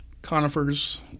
Conifers